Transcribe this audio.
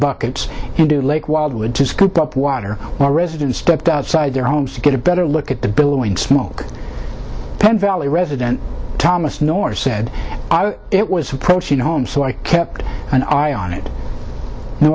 buckets into lake wildwood to scoop up water or residents stepped outside their homes to get a better look at the billowing smoke pen valley resident thomas nor said it was approaching home so i kept an eye on it no